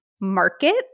market